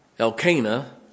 Elkanah